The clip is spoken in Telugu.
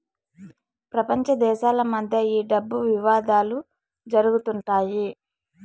ప్రపంచ దేశాల మధ్య ఈ డబ్బు వివాదాలు జరుగుతుంటాయి